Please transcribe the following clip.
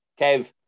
Kev